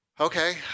okay